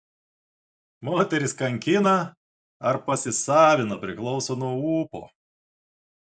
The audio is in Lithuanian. moteris kankina ar pasisavina priklauso nuo ūpo